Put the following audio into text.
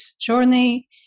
journey